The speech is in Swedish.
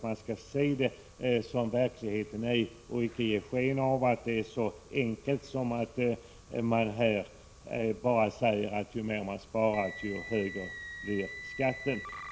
Man skall se verkligheten som den är och inte ge sken av att det är så enkelt som att ju mer man sparar, desto högre blir skatten.